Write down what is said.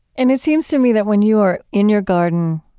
and it seems to me that when you are in your garden,